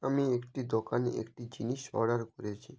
আমি একটি দোকানে একটি জিনিস অর্ডার করেছি